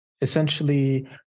essentially